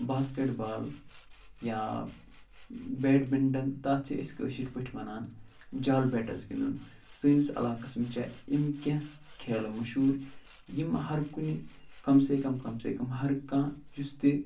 باسکٮ۪ت بال یا بیٹمِنٛٹَن تَتھ چھِ أسۍ کٲشِر پٲٹھۍ وَنان جال بیٹَس گِنٛدُن سٲنِس علاقَس منٛز چھِ یِم کیٚنہہ کھیلہٕ مشہوٗر یِم ہر کُنہِ کم سے کم کم سے کم ہر کانٛہہ یُس تہِ